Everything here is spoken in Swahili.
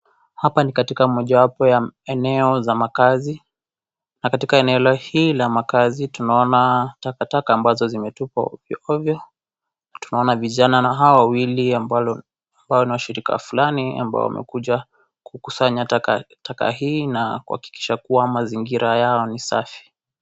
Hapa ni katika moja wapo ya eneo za makazi na katika eneo hii la makazi tunaona takataka ambazo zimetupwa ovyo ovyo na tunaona vijana na hao wawili ambalo na shirika fulani ambao wamekuja kukusanya takataka hii na kuhakikisha mazingira yao ni safi.